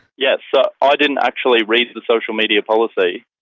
yes. so i didn't actually read the social media policy.